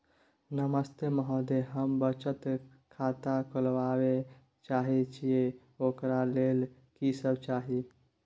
नमस्ते महोदय, हम बचत खाता खोलवाबै चाहे छिये, ओकर लेल की सब चाही?